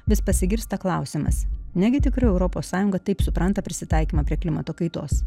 vis pasigirsta klausimas negi tikrai europos sąjunga taip supranta prisitaikymo prie klimato kaitos